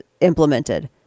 implemented